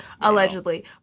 Allegedly